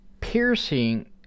piercing